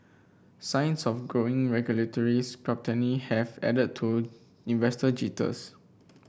signs of growing regulatory have added to investor jitters